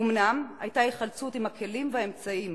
אומנם היתה היחלצות עם הכלים והאמצעים